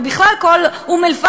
ובכלל כל אום-אלפחם,